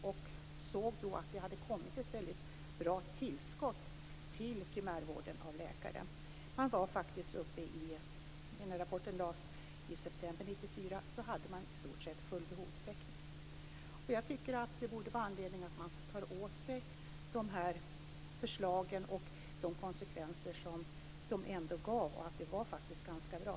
Man såg då att det hade skett ett stort tillskott av läkare till primärvården. När rapporten lades fram - i september 1994 - hade man i stort sett full behovstäckning. Jag tycker att det borde finnas anledning att ta åt sig dessa förslag och konsekvenser. De var faktiskt ganska bra.